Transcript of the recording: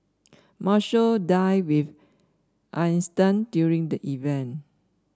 Marshall dined with Einstein during the event